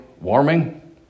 warming